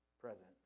presence